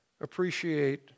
appreciate